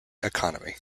economy